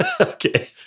Okay